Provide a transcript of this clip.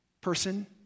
person